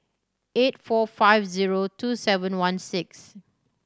eight four five zero two seven one six